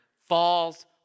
falls